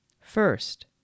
First